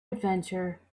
adventure